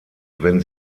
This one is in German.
wenn